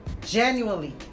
genuinely